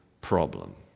problem